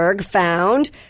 found